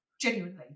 Genuinely